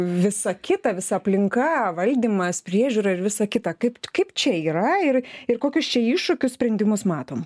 visa kita visa aplinka valdymas priežiūra ir visa kita kaip kaip čia yra ir ir kokius čia iššūkius sprendimus matom